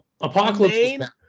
Apocalypse